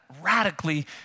radically